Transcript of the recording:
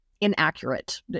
inaccurate